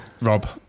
Rob